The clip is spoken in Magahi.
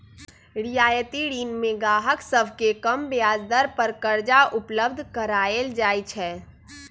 रियायती ऋण में गाहक सभके कम ब्याज दर पर करजा उपलब्ध कराएल जाइ छै